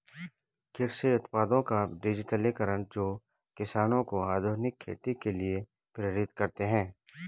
कृषि उत्पादों का डिजिटलीकरण जो किसानों को आधुनिक खेती के लिए प्रेरित करते है